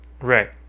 Right